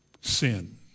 Sin